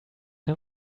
him